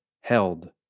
held